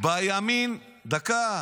בוועדת --- בימין, דקה.